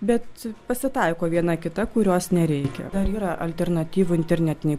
bet pasitaiko viena kita kurios nereikia dar yra alternatyvų internetiniai